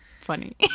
funny